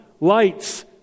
lights